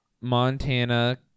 montana